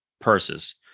purses